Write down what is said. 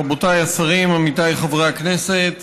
רבותיי השרים, עמיתיי חברי הכנסת,